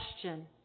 question